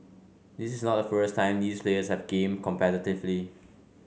this is not the first time these players have gamed competitively